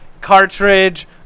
cartridge